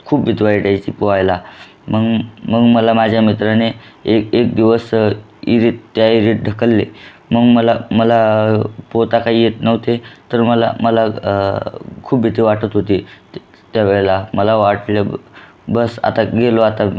खूप भीती वायटायची पोआयला मग मग मला माझ्या मित्राने एक एक दिवस इहीरीत त्या इहीरीत ढकलले मग मला मला पोअता काही येत नव्हते तर मला मला खूप भीती वाटत होती त त्यावेळेला मला वाटले बस आता गेलो आता